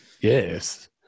Yes